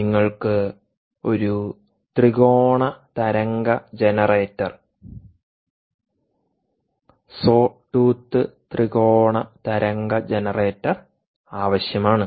നിങ്ങൾക്ക് ഒരു ത്രികോണ തരംഗ ജനറേറ്റർസോ ടൂത്ത് ത്രികോണ തരംഗ ജനറേറ്റർ ആവശ്യമാണ്